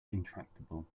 intractable